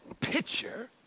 picture